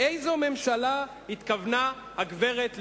לאיזו ממשלה התכוונה הגברת לבני?